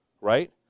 right